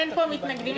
אין מתנגדים לפיקוח.